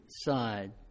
side